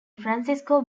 francisco